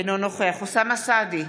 אינו נוכח אוסאמה סעדי,